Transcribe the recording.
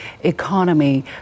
economy